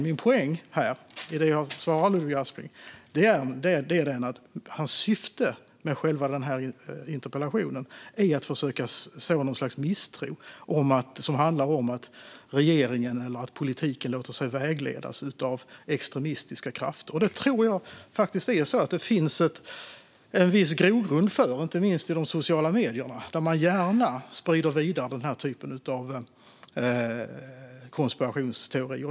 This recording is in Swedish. Min poäng i det jag har svarat Ludvig Aspling är att hans syfte med själva interpellationen är att försöka så något slags misstro som handlar om att regeringen eller politiken låter sig vägledas av extremistiska krafter. Jag tror att det finns en viss grogrund för detta, inte minst i sociala medier, där man gärna sprider denna typ av konspirationsteorier.